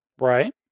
Right